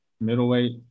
middleweight